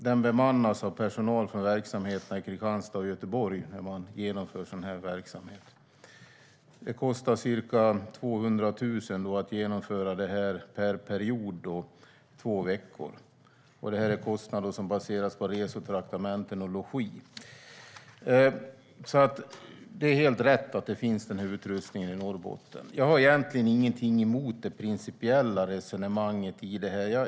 Den bemannas av personal från verksamheterna i Kristianstad och Göteborg när man genomför sådan här verksamhet. Det kostar ca 200 000 kronor att genomföra det här per tvåveckorsperiod. Det är kostnader som baseras på resor, traktamenten och logi. Det är alltså helt rätt att den här utrustningen finns i Norrbotten. Jag har egentligen ingenting emot det principiella resonemanget i det här.